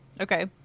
okay